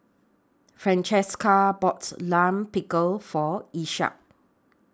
Francesca boughts Lime Pickle For Isaak